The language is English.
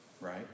right